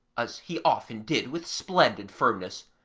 as he often did with splendid firmness,